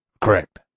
Correct